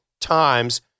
times